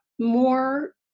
more